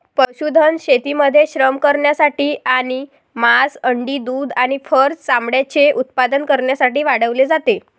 पशुधन शेतीमध्ये श्रम करण्यासाठी आणि मांस, अंडी, दूध आणि फर चामड्याचे उत्पादन करण्यासाठी वाढवले जाते